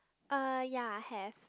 uh ya have